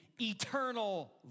eternal